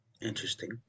Interesting